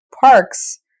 parks